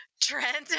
Trent